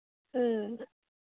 ꯎꯝ